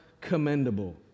commendable